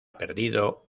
perdido